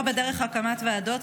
ברצוני לשאול: שלא בדרך הקמת ועדות,